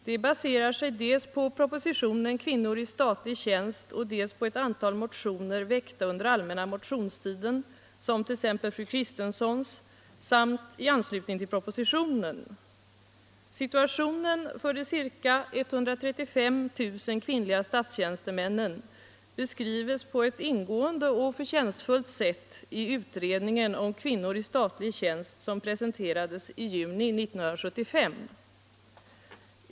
Det baserar sig dels på propositionen om kvinnor i statlig tjänst, dels på ett antal motioner väckta under den allmänna motionstiden, som t.ex. Situationen för de ca 135 000 kvinnliga statstjänstemännen beskrivs på ett ingående och förtjänstfullt sätt i utredningsbetänkandet Kvinnor i statlig tjänst, vilket presenterades i juni 1975.